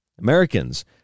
Americans